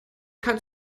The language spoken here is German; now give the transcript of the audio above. kein